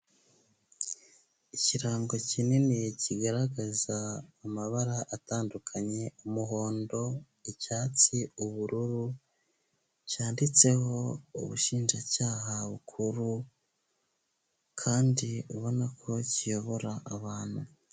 Ikirango kinini kigaragaza amabara atandukanye umuhondo, icyatsi, ubururu, cyanditseho ubushinjacyaha bukuru kandi ubona ko kiyobora abantu.